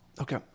Okay